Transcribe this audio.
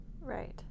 Right